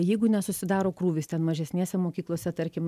jeigu nesusidaro krūvis ten mažesnėse mokyklose tarkim